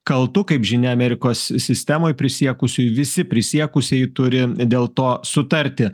kaltu kaip žinia amerikos sistemoj prisiekusiųjų visi prisiekusieji turi dėl to sutarti